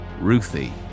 Ruthie